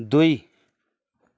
दुई